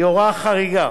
היא הוראה חריגה,